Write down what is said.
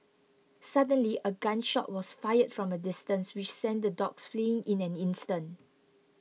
suddenly a gun shot was fired from a distance which sent the dogs fleeing in an instant